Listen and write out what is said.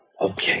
Okay